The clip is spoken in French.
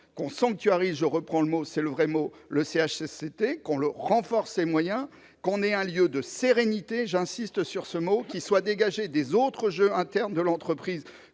l'on sanctuarise- je reprends le mot car c'est le « vrai » mot-, le CHSCT, que l'on renforce ses moyens afin que ce lieu de sérénité- j'insiste sur ce terme -, dégagé des autres jeux internes de l'entreprise,